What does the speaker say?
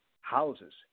houses